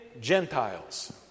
Gentiles